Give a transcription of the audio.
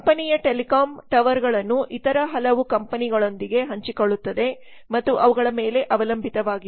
ಕಂಪನಿಯು ಟೆಲಿಕಾಂ ಟವರ್ಗಳನ್ನು ಇತರ ಹಲವು ಕಂಪನಿಗಳೊಂದಿಗೆ ಹಂಚಿಕೊಳ್ಳುತ್ತದೆ ಮತ್ತು ಅವುಗಳ ಮೇಲೆ ಅವಲಂಬಿತವಾಗಿದೆ